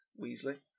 weasley